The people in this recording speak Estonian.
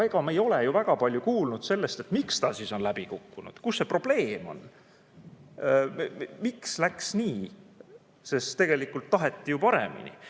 me ei ole ju väga palju kuulnud sellest, miks ta on läbi kukkunud. Kus see probleem on? Miks läks nii? Tegelikult taheti ju paremini.